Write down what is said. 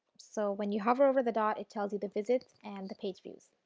so when you hover over the dot it tells you the visits and the page views.